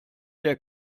der